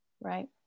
right